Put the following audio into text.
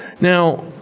Now